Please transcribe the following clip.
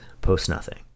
post-nothing